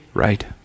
Right